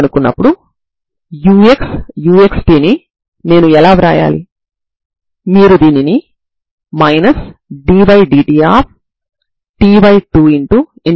ఇక్కడ మీరు బిందు లబ్దాన్ని కనుగొంటున్నారు అంటే దానర్థం మీరు రెండువైపులా సమాకలనం చేయవచ్చని